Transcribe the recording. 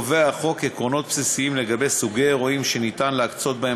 החוק קובע עקרונות בסיסיים לגבי סוגי אירועים שניתן להקצות להם